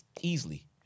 easily